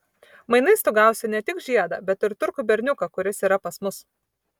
mainais tu gausi ne tik žiedą bet ir turkų berniuką kuris yra pas mus